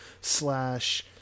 slash